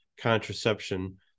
contraception